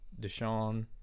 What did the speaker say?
Deshaun